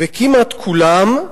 וכמעט כולם,